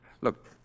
Look